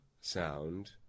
sound